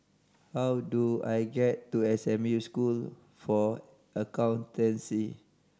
how do I get to S M U School for Accountancy